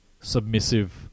Submissive